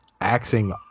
axing